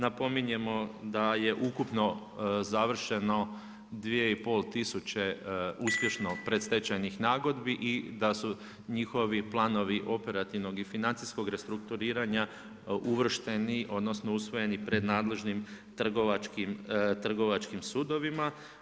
Napominjemo da je ukupno završeno 2500 uspješno predstečajnih nagodbi i da su njihovi planovi operativnog i financijskog restrukturiranja uvršteni, odnosno, usvojeni pred nadležnim trgovačkim sudovima.